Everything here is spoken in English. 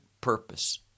purpose